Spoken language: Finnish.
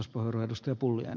arvoisa puhemies